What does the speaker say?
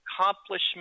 accomplishment